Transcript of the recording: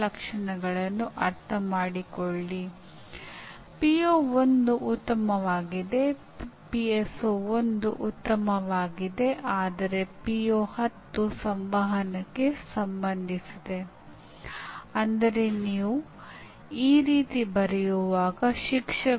ಇದರರ್ಥ ಸಾಕಷ್ಟು ಪ್ರತಿಫಲವನ್ನು ನೀಡುವ ಚಟುವಟಿಕೆಗಳು ಅಂದರೆ ಅವುಗಳು ಬಹಳ ಆಸಕ್ತಿದಾಯಕವಾಗಿರಬೇಕು ಅಥವಾ ಕಲಿಯುವವರಿಗೆ ಸಂಬಂಧಿಸಿದ ಇತರ ಸಾಧನೆಗಳಿಗೆ ಅವು ಪುಷ್ಟಿ ನೀಡುವಂತಿರಬೇಕು